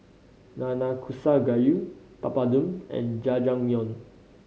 Nanakusa Gayu Papadum and Jajangmyeon